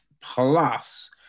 plus